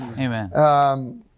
Amen